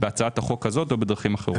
בהצעת החוק הזו ובדרכים אחרות.